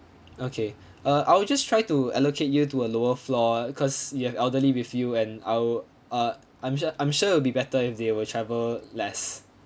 okay uh I'll just try to allocate you to a lower floor cause you have elderly with you and I'll uh I'm sure I'm sure it will be better if they will travel less